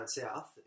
south